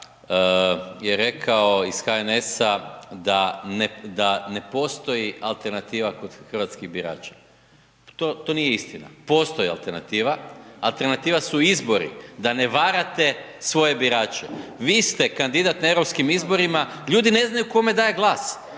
je rekao iz HNS-a da ne postoji alternativa kod hrvatskih birača, to nije istina. Postoji alternativa, alternativa su izbori da ne varate svoje birače, vi ste kandidat na europskim izborima, ljudi ne znaju kome daje glas,